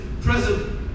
present